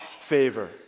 favor